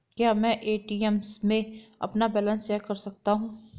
क्या मैं ए.टी.एम में अपना बैलेंस चेक कर सकता हूँ?